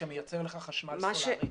שמייצר לך חשמל סולרי.